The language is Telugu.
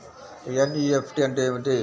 ఎన్.ఈ.ఎఫ్.టీ అంటే ఏమిటీ?